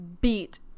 beat